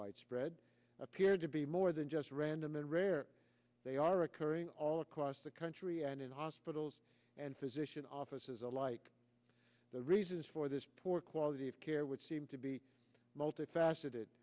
widespread appeared to be more than just random and rare they are occurring all across the country and in hospitals and physician offices alike the reasons for this poor quality of care would seem to be multifaceted